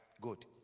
Good